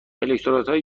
الکترودهایی